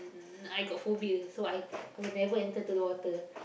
n~ I got phobia so I I will never enter into the water